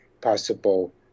possible